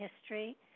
history